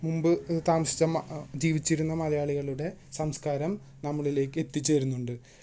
മുമ്പ് താമസിച്ച ജീവിച്ചിരുന്ന മലയാളികളുടെ സംസ്കാരം നമ്മളിലേക്ക് എത്തിച്ചേരുന്നുണ്ട്